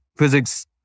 physics